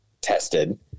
tested